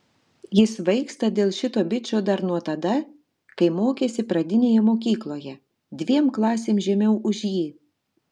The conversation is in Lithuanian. ji svaigsta dėl šito bičo dar nuo tada kai mokėsi pradinėje mokykloje dviem klasėm žemiau už jį